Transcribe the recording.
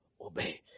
obey